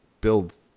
build